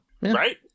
Right